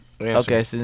Okay